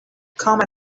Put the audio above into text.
come